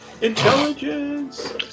Intelligence